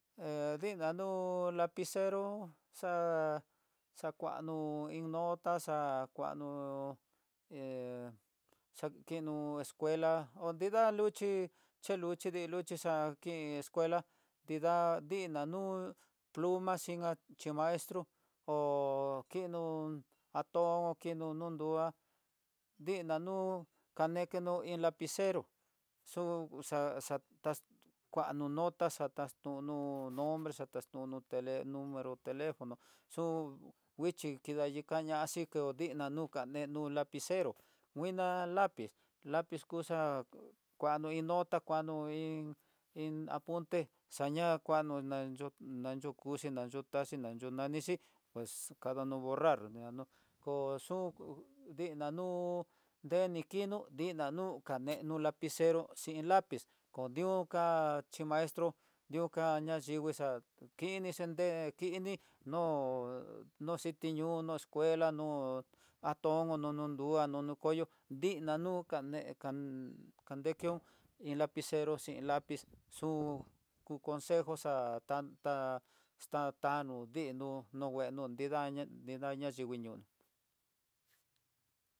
He dina nu lapicero, xa xakuno iin notá xa kueno hé xa keno escuela hó nida luxhi, che luxhi de luxhi xa'á kin escuela nrida niná nú, pl a xhinka iin maestro ho kino aton nino nonduá dinanú kanekeno iin lapicero xuxa kuano notá, xataxtunó nombre xatatuno te n ero telefono xun nguixhi kaña kayiko dina nenu lapicero nguina lapiz kuxa kuano iin nota, kuano iin apunte xaña kuano nanyu nanyukuxeí nanyu taxi nanixhi pus kadanro borrar, ñanu pus xu dinanú deni kino dina nú, kaneno lapicero xhin lapiz konoka xhin maestro ñoka nayingui xa'á, kininde kini no no xhiti ñunu no escuela no atomo nó nonon nduá nono koyo, didnanu kané kandekió iin lapicero xhin lapiz, xu ku consejo xa tantá estaña no didno no ngueno nridaña nridaña yingui ñono.